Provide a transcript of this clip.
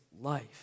life